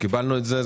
קיבלנו את זה.